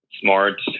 smart